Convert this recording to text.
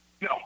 No